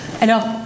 Alors